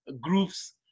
groups